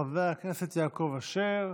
חבר הכנסת יעקב אשר,